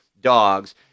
dogs